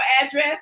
address